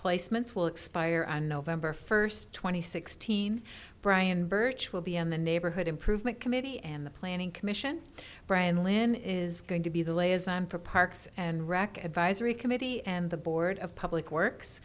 placements will expire on november first two thousand and sixteen brian birch will be in the neighborhood improvement committee and the planning commission brian lynn is going to be the liaison for parks and rec advisory committee and the board of public works